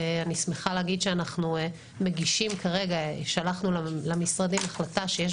ואני שמחה להגיד ששלחנו למשרדים החלטה שיש